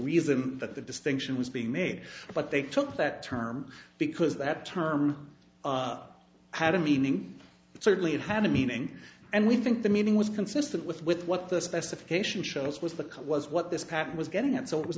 reason that the distinction was being made but they took that term because that term had a meaning certainly it had a meaning and we think the meaning was consistent with with what the specifications showed us was the cause was what this patent was getting at so it was